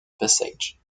passage